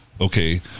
okay